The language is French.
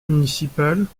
municipale